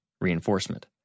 reinforcement